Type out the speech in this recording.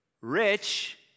rich